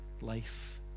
life